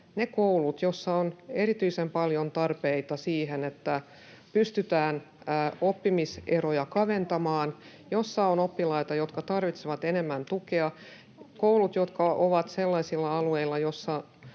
kouluihin, joissa on erityisen paljon tarpeita siihen, että pystytään oppimiseroja kaventamaan, joissa on oppilaita, jotka tarvitsevat enemmän tukea, ja jotka ovat sellaisilla alueilla, joilla